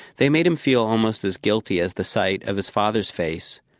they made him feel almost as guilty as the sight of his father's face,